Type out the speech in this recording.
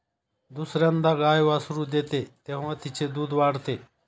दुसर्यांदा गाय वासरू देते तेव्हा तिचे दूध वाढते